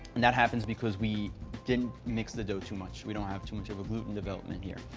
and that happens because we didn't mix the dough too much. we don't have too much of a gluten development here.